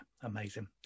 Amazing